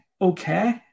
okay